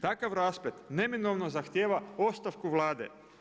Takav rasplet neminovno zahtijeva ostavku Vlade.